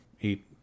eat